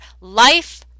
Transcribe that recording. life